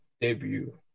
debut